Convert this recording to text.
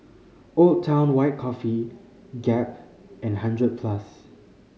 Old Town White Coffee Gap and Hundred Plus